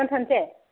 दोनथ'नोसै